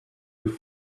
with